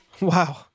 Wow